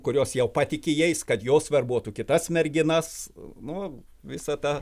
kurios jau patiki jais kad jos verbuotų kitas merginas nu va visa ta